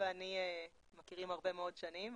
יובל ואני מכירים הרבה מאוד שנים,